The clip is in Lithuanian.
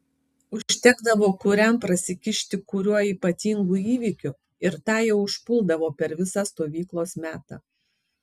užtekdavo kuriam prasikišti kuriuo ypatingu įvykiu ir tą jau užpuldavo per visą stovyklos metą